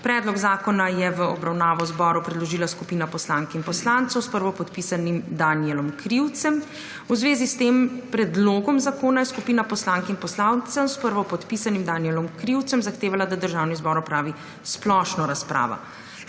Predlog zakona je v obravnavo zboru predložila skupina poslank in poslancev s prvopodpisanim Danijelom Krivcem. V zvezi s tem predlogom zakona je skupina poslank in poslancev s prvopodpisanim Danijelom Krivcem zahtevala, da Državni zbor opravi splošno razpravo.